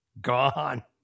gone